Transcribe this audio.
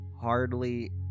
hardly